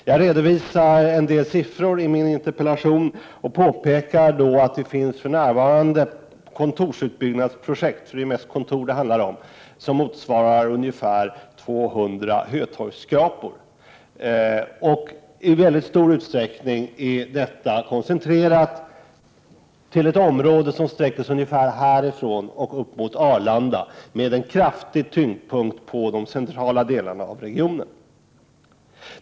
Jag redovisar en del siffror i min interpellation och påpekar att det för närvarande finns kontorsutbyggnadsprojekt — det är ju mest kontor som det handlar om — som motsvarar ungefär 200 Hötorgsskrapor. I mycket stor utsträckning är projekten koncentrerade till ett område som sträcker sig ungefär härifrån och upp mot Arlanda, med kraftig tyngdpunkt i de centrala delarna av regionen.